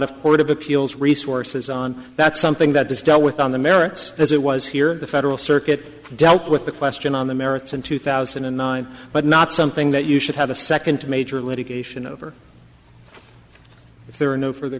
court of appeals resources on that's something that is dealt with on the merits as it was here the federal circuit dealt with the question on the merits in two thousand and nine but not something that you should have a second major litigation over if there are no furthe